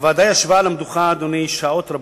הוועדה ישבה על המדוכה שעות רבות,